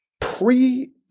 Pre